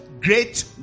great